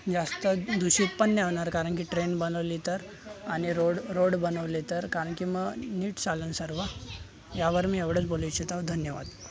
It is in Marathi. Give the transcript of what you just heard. जास्त दूषित पण नाही होणार कारण की ट्रेन बनवली तर आणि रोड रोड बनवले तर कारण की मग नीट चालेल सर्व यावर मी एवढंच बोलू इच्छित आहो धन्यवाद